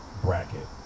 bracket